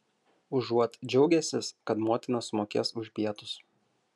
užuot džiaugęsis kad motina sumokės už pietus